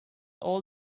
all